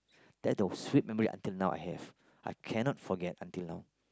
that the sweet memory until now I have I cannot forget until now